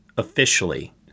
Officially